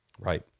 Right